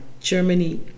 Germany